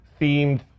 themed